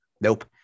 nope